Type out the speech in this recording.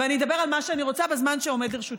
ואני אדבר על מה שאני רוצה בזמן שעומד לרשותי.